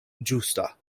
ĝusta